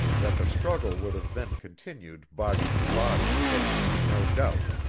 that the struggle would have then continued body to body there can be no doubt,